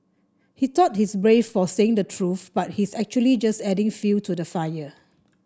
he thought he's brave for saying the truth but he's actually just adding fuel to the fire